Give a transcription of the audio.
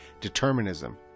determinism